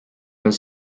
los